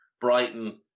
Brighton